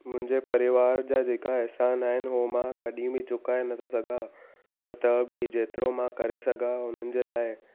मुंहिंजे परिवार जा जेका अहसान आहिनि हो मां कॾहिं बि चुकाए नथो सघां पर त बि जेतिरो मां करे सघां उन्हनि जे लाइ